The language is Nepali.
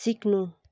सिक्नु